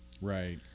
right